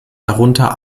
darunter